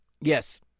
Yes